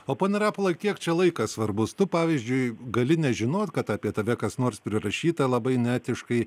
o pone rapolai kiek čia laikas svarbus tu pavyzdžiui gali nežinoti kad apie tave kas nors prirašyta labai neetiškai